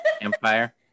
Empire